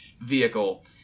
vehicle